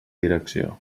direcció